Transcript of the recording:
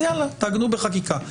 אז תעגנו בחקיקה.